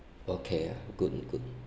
okay ah good good